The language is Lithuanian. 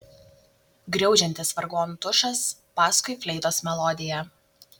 griaudžiantis vargonų tušas paskui fleitos melodija